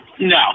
No